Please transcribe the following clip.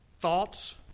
Thoughts